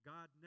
God